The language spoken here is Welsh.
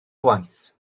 gwaith